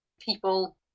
people